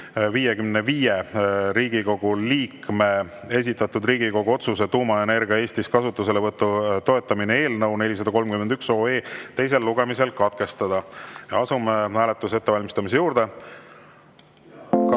55 Riigikogu liikme esitatud Riigikogu otsuse "Tuumaenergia Eestis kasutuselevõtu toetamine" eelnõu 431 teine lugemine katkestada. Asume hääletuse ettevalmistamise juurde. Kas,